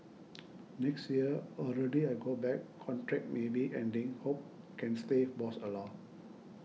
next year already I go back contract maybe ending hope can stay boss allow